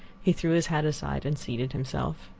he threw his hat aside and seated himself.